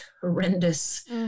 horrendous